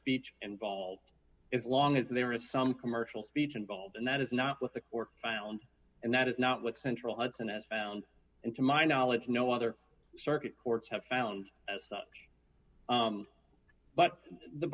speech and vault as long as there is some commercial speech involved and that is not what the court found and that is not what central it's an s found and to my knowledge no other circuit courts have found as such but the